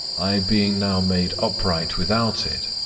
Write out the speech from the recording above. i being now made upright without it,